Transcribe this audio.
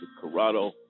Corrado